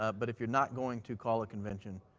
ah but, if you're not going to call a convention,